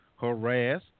harass